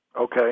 Okay